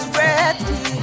ready